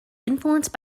influenced